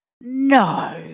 No